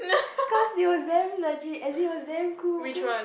cause it was damn legit as it was damn cool cause